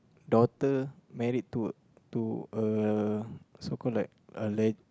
daughter married to to uh so called like a le~